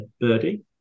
birdie